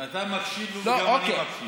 אתה מקשיב, וגם אני מקשיב.